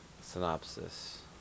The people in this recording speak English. synopsis